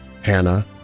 Hannah